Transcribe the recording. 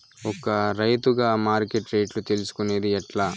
ఒక రైతుగా మార్కెట్ రేట్లు తెలుసుకొనేది ఎట్లా?